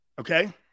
okay